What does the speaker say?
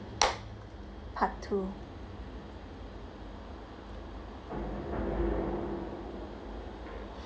part two